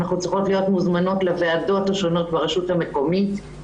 אנחנו צריכות להיות מוזמנות לוועדות השונות ברשות המקומית.